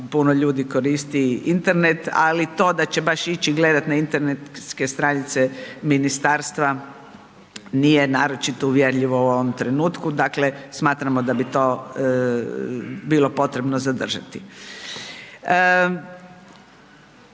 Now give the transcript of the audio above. puno ljudi koristi internet, ali to da će baš ići gledati na internetske stranice ministarstva nije naročito uvjerljivo u ovom trenutku. Dakle, smatramo da bi to bilo potrebno zadržati.